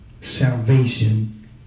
salvation